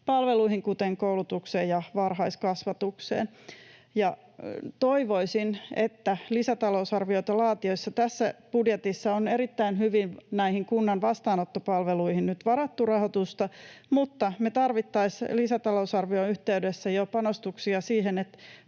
palveluihin, kuten koulutukseen ja varhaiskasvatukseen. Tässä budjetissa on erittäin hyvin näihin kunnan vastaanottopalveluihin nyt varattu rahoitusta, mutta me tarvittaisiin jo lisätalousarvion yhteydessä panostuksia siihen,